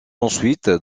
ensuite